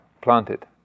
planted